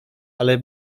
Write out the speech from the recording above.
ale